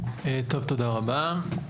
תודה רבה.